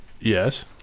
Yes